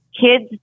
kids